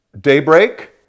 daybreak